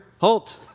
HALT